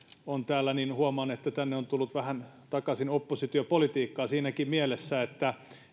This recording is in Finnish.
on täällä niin huomaan että tänne on tullut vähän takaisin oppositiopolitiikkaa siinäkin mielessä että